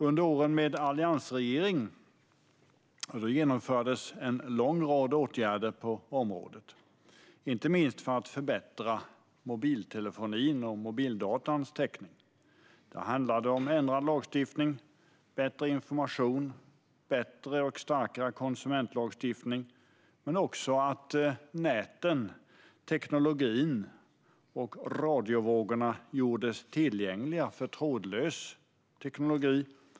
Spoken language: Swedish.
Under åren med alliansregeringen vidtogs en lång rad åtgärder på området, inte minst för att förbättra mobiltelefonin och mobildatans täckning. Det handlade om ändrad lagstiftning, bättre information och starkare konsumentlagstiftning. Det handlade också om att näten, teknologin och radiovågorna gjordes tillgängliga för trådlös teknologi.